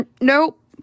nope